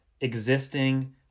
existing